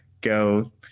go